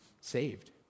saved